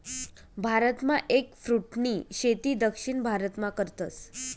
भारतमा एगफ्रूटनी शेती दक्षिण भारतमा करतस